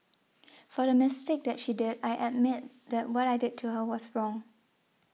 for the mistake that she did I admit that what I did to her was wrong